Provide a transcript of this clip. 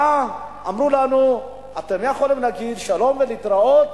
באו, אמרו לנו: אתם יכולים להגיד שלום ולהתראות